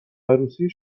عروسی